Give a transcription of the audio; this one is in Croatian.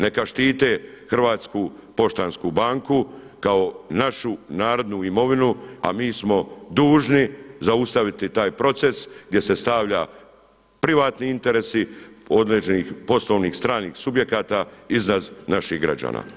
Neka štite Hrvatsku poštansku banku kao našu narodnu imovinu, a mi smo dužni zaustaviti taj proces gdje se stavlja privatni interesi određenih poslovnih stranih subjekata iznad naših građana.